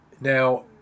Now